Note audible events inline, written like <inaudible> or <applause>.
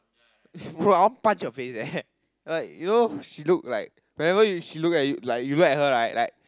<laughs> bro I want punch her face eh like you know she look like like you know you look at her right